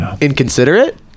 inconsiderate